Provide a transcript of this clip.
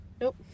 Nope